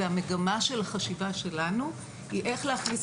והמגמה של החשיבה שלנו היא איך להכניס